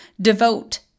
devote